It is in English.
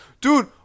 Dude